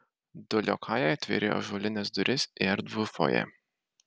du liokajai atvėrė ąžuolines duris į erdvų fojė